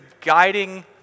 guiding